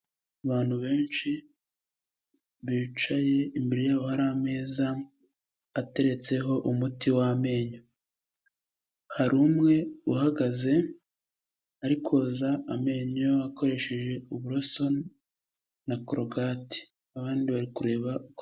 Abantu benshi bicaye, imbere yabo hari ameza ateretseho umuti w'amenyo. Hari umwe uhagaze ari koza amenyo akoresheje uburoso na korogate. Abandi bari kureba uko...